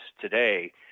today